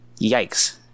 yikes